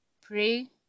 pray